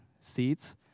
seats